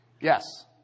Yes